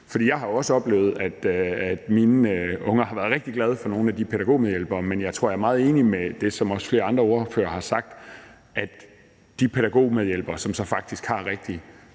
jeg har jo også oplevet, at mine unger har været rigtig glade for nogle af pædagogmedhjælperne, men jeg tror, jeg er meget enig i det, som også flere andre ordførere har sagt om de pædagogmedhjælpere, som så faktisk har en rigtig